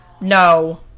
No